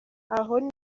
aho